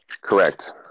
Correct